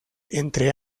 entre